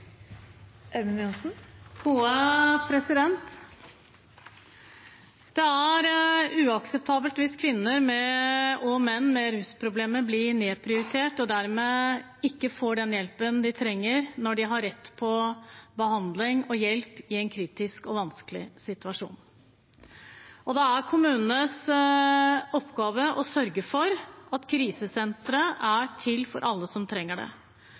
uakseptabelt hvis kvinner og menn med rusproblemer blir nedprioritert og dermed ikke får den hjelpen de trenger, når de har rett på behandling og hjelp i en kritisk og vanskelig situasjon. Det er kommunenes oppgave å sørge for at krisesentre er til for alle som trenger det.